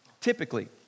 Typically